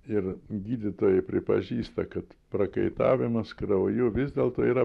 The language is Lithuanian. ir gydytojai pripažįsta kad prakaitavimas krauju vis dėlto yra